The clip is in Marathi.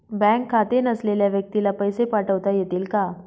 बँक खाते नसलेल्या व्यक्तीला पैसे पाठवता येतील का?